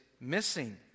missing